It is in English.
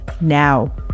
now